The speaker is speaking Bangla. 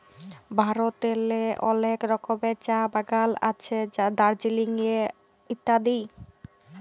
ভারতেল্লে অলেক রকমের চাঁ বাগাল আছে দার্জিলিংয়ে ইত্যাদি